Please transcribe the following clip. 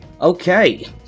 okay